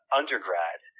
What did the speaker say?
undergrad